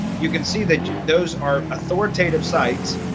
you can see that those are authoritative sites.